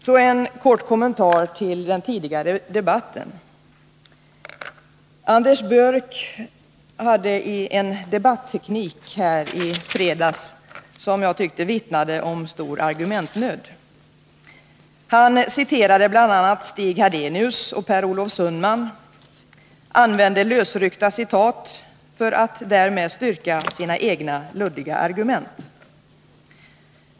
Så en kort kommentar till den tidigare debatten. Anders Björck använde en debatteknik här i fredags som jag tyckte vittnade om stor argumentnöd. Han citerade bl.a. Stig Hadenius och Per Olof Sundman och använde lösryckta citat för att därmed styrka sina egna luddiga argument.